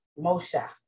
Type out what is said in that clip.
Moshe